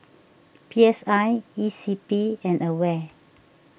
P S I E C P and Aware